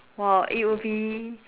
!wow! it will be